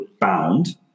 bound